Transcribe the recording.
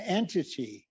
entity